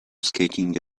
skating